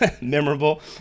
memorable